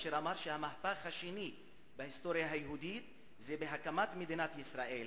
כאשר אמר שהמהפך השני בהיסטוריה היהודית זה בהקמת מדינת ישראל,